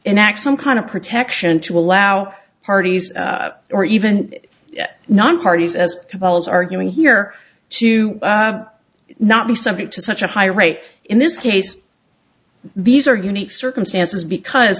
enact some kind of protection to allow parties or even non parties as well as arguing here to not be subject to such a high rate in this case these are unique circumstances because